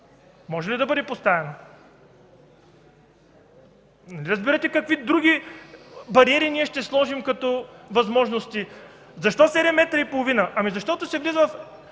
Може ли да бъде поставено? Разбирате какви други бариери ние ще сложим като възможности. Защо 7 метра и половина? Ами защото се влиза в